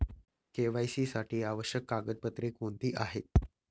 KYC साठी आवश्यक कागदपत्रे कोणती आहेत?